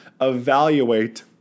evaluate